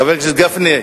חבר הכנסת גפני?